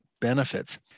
benefits